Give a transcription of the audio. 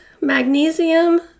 magnesium